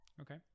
okay